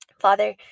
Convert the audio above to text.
Father